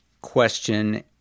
question